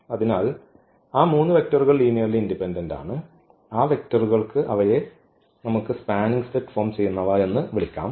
അതിനാൽ ആ 3 വെക്റ്ററുകൾ ലീനിയർലി ഇൻഡിപെൻഡന്റ് ആണ് ആ വെക്റ്ററുകൾക്ക് അവയെ നമുക്ക് സ്പാനിങ് സെറ്റ് ഫോം ചെയ്യുന്നവ എന്ന് വിളിക്കാം